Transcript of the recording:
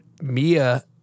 Mia